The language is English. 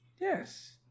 Yes